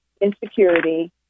insecurity